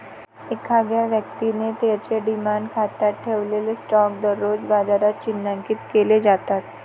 एखाद्या व्यक्तीने त्याच्या डिमॅट खात्यात ठेवलेले स्टॉक दररोज बाजारात चिन्हांकित केले जातात